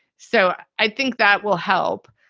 so i think that will help.